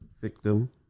victim